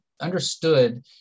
understood